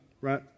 right